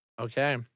Okay